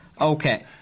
Okay